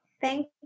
Thank